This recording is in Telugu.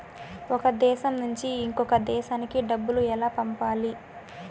ఒక దేశం నుంచి ఇంకొక దేశానికి డబ్బులు ఎలా పంపాలి?